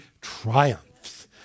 triumphs